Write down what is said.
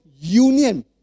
union